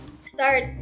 Start